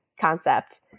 concept